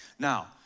Now